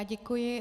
Děkuji.